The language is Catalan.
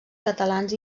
catalans